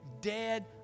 dead